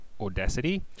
Audacity